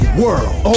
world